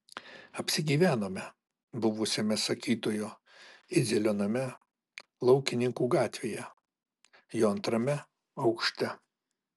apsigyvenome buvusiame sakytojo idzelio name laukininkų gatvėje jo antrame aukšte